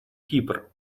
кипр